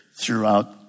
throughout